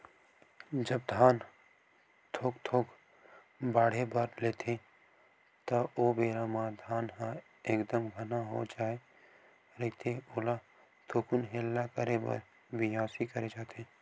जब धान थोक थोक बाड़हे बर लेथे ता ओ बेरा म धान ह एकदम घना हो जाय रहिथे ओला थोकुन हेला करे बर बियासी करे जाथे